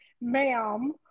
ma'am